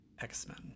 x-men